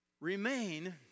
Remain